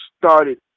started